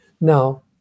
Now